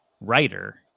writer